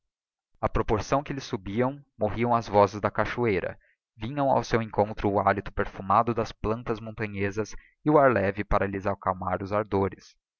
a proporção que elles subiam morriam as vozes da cachoeira vinham ao seu encontro o hálito perfumado das plantas montanhezas e o ar leve para lhes acalmar os ardores